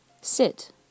Sit